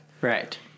Right